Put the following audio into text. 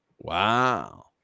Wow